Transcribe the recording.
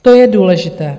To je důležité.